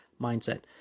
mindset